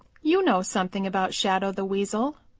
you know something about shadow the weasel,